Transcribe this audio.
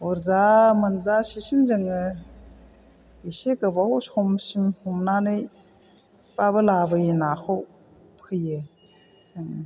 बुरजा मोनजासेसिम जोङो एसे गोबाव समसिम हमनानै बाबो लाबोयो नाखौ फैयो जोङो